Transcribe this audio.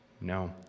No